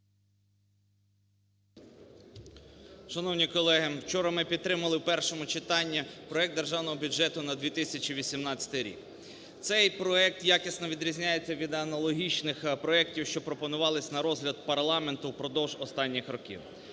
Шановні колеги! Вчора ми підтримали в першому читанні проект Державного бюджету на 2018 рік. Цей проект якісно відрізняється від аналогічних проектів, що пропонувались на розгляд парламенту впродовж останніх років.